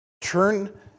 Turn